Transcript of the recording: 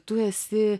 tu esi